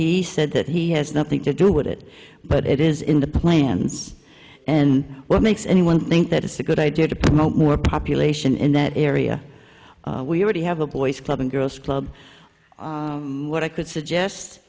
he said that he has nothing to do with it but it is in the plans and what makes anyone think that it's a good idea to promote more population in that area we already have a boys club and girls club what i could suggest